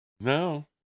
No